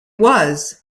was